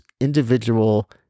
individual